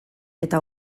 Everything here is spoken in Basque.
eta